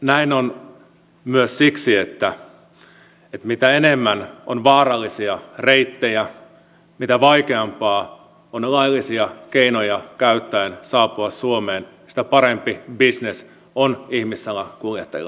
näin on myös siksi että mitä enemmän on vaarallisia reittejä mitä vaikeampaa on laillisia keinoja käyttäen saapua suomeen sitä parempi bisnes on ihmissalakuljettajilla muun muassa